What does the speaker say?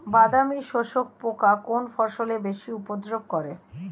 বাদামি শোষক পোকা কোন ফসলে বেশি উপদ্রব করে?